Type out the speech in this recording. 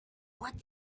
what